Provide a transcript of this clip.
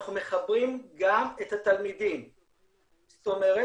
אנחנו מחברים גם את התלמידים לזום,